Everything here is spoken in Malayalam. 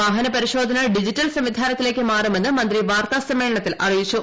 വാഹന പരിശോധന ഡിജിറ്റൽ സംവിധാനത്തിലേക്ക് മാറുമെന്നും മന്ത്രി വാർത്താ സമ്മേ ളനത്തിൽ അറിയിച്ചു